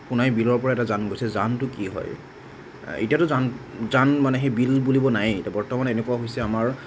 সোনাই বিলৰ পৰা এটা জান গৈছে জানটো কি হয় এতিয়াতো জান জান মানে সেই বিল বুলিব নায়েই এতিয়া বৰ্তমান এনেকুৱা হৈছে আমাৰ